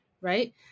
right